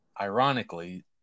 Ironically